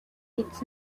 its